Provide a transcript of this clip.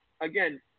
again